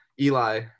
Eli